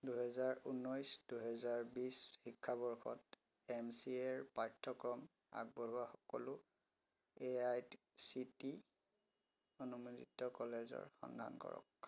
দুহেজাৰ ঊনৈছ দুহেজাৰ বিশ শিক্ষাবৰ্ষত এম চি এৰ পাঠ্যক্ৰম আগবঢ়োৱা সকলো এ আই চি টি অনুমোদিত কলেজৰ সন্ধান কৰক